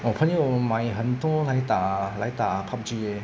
我朋友买很多来打来打 PUBG leh